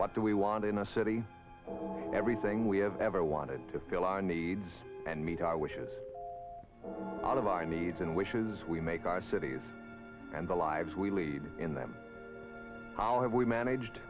what do we want in a city everything we have ever wanted to fill our needs and meet our wishes out of our needs and wishes we make our cities and the lives we lead in them our have we managed